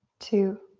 two,